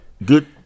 Good